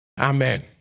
Amen